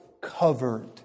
covered